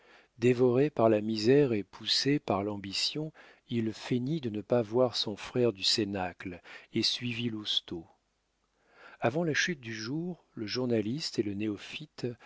dévoré par la misère et poussé par l'ambition il feignit de ne pas voir son frère du cénacle et suivit lousteau avant la chute du jour le journaliste et le néophyte